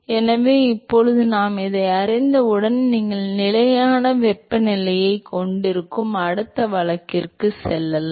எனவே இப்போது இதை அறிந்தவுடன் நீங்கள் நிலையான வெப்பநிலையைக் கொண்டிருக்கும் அடுத்த வழக்கிற்குச் செல்லலாம்